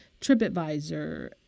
tripadvisor